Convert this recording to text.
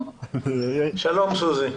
שירות התעסוקה,